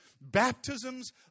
baptisms